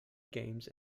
games